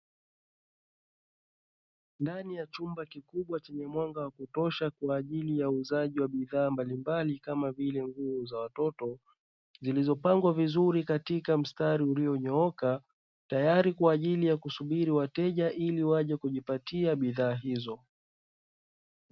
Ndani ya chumba kikubwa chenye mwanga wa kutosha kwa ajili ya uuzaji wa bidhaa mbalimbali kama vile nguo za watoto, zilizopangwa vizuri katika mstari ulionyooka tayari kwa ajili ya kusubiri wateja ili waje kujipatia bidhaa hizo.